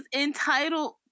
entitled